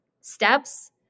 steps